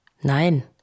Nein